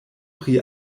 pri